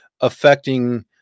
affecting